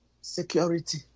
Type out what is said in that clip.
security